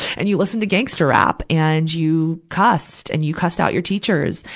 and you listened to gangster rap. and you cussed, and you cussed out your teachers.